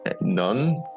None